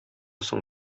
соң